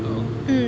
orh